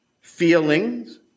feelings